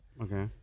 Okay